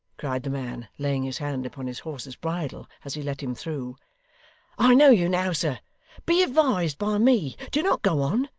cried the man, laying his hand upon his horse's bridle as he let him through i know you now, sir be advised by me do not go on.